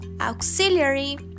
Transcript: auxiliary